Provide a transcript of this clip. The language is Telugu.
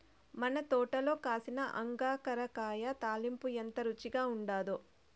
మన తోటల కాసిన అంగాకర కాయ తాలింపు ఎంత రుచిగా ఉండాదో